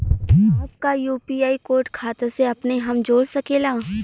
साहब का UPI code खाता से अपने हम जोड़ सकेला?